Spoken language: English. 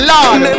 Lord